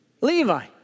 Levi